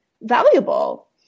valuable